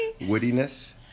Woodiness